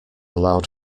allowed